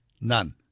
None